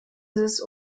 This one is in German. des